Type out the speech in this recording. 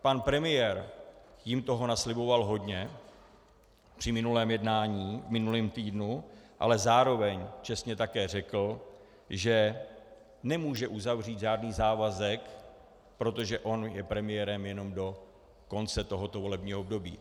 Pan premiér jim toho nasliboval hodně při minulém jednání v minulém týdnu, ale zároveň čestně také řekl, že nemůže uzavřít žádný závazek, protože on je premiérem jenom do konce tohoto volebního období.